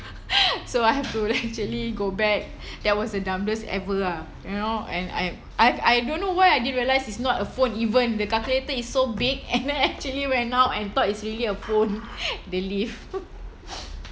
so I have to actually go back that was the dumbest ever ah you know and I I I don't know why I didn't realize it's not a phone even the calculator is so big and then actually now when I thought it's a phone